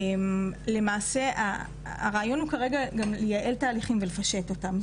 הרעיון הוא כרגע לייעל תהליכים ולפשט אותם,